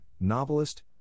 novelist